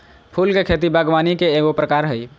फूल के खेती बागवानी के एगो प्रकार हइ